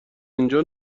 اینجا